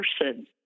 person